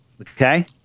okay